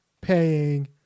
paying